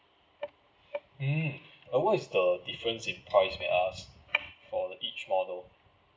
mm uh what is the difference in price may I ask for each model